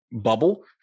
bubble